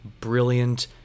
brilliant